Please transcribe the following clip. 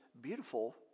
beautiful